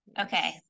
okay